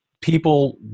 people